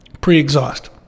pre-exhaust